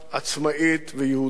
עצמאית ויהודית,